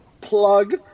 Plug